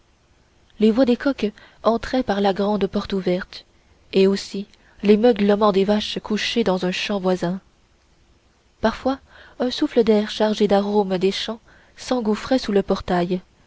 les voix des coqs entraient par la grande porte ouverte et aussi les meuglements des vaches couchées dans un champ voisin parfois un souffle d'air chargé d'aromes des champs s'engouffrait sous le portail